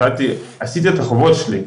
עשיתי את החובות שלי.